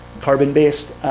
carbon-based